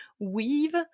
weave